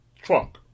trunk